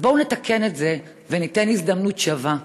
אז בואו נתקן את זה, וניתן הזדמנות שווה.